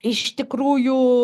iš tikrųjų